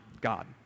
God